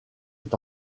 est